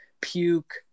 puke